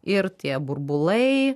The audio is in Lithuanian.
ir tie burbulai